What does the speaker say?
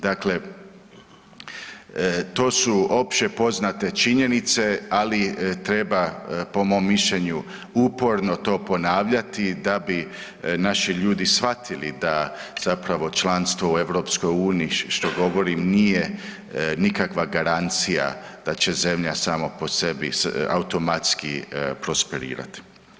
Dakle, to su opće poznate činjenice, ali treba, po mom mišljenju, uporno to ponavljati da bi naši ljudi shvatili da zapravo članstvo u EU, što govorim, nije nikakva garancija da će zemlja sama po sebi automatski prosperirati.